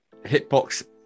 hitbox